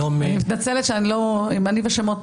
והיום מנכ"ל